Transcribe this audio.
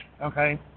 okay